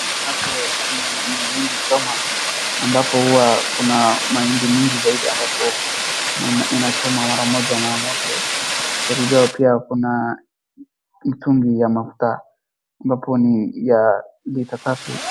Hapo kuna ni mahindi choma, ambapo huwa kuna mahindi mingi zaidi ambapo ina choma mara moja na moto, ukikaribia pia kuna mtungi ya mafuta ambapo ni ya lita tatu.